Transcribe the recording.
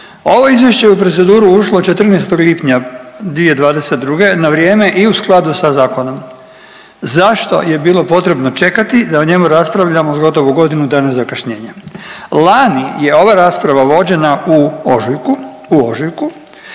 ovo izvješće je u proceduru ušlo 14. lipnja 2022. na vrijeme i u skladu sa zakonom. Zašto je bilo potrebno čekati da o njemu raspravljamo s gotovo godinu dana zakašnjenja? Lani je ova rasprava vođena u ožujku,